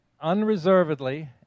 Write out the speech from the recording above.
unreservedly